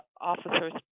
officers